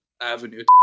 avenue